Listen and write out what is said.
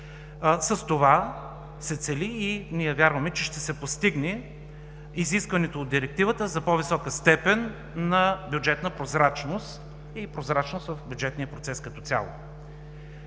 С това се цели, и ние вярваме, че ще се постигне изискването от Директивата за по-висока степен на бюджетна прозрачност и прозрачност в бюджетния процес като цяло.